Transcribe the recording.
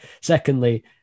Secondly